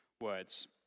words